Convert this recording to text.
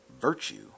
Virtue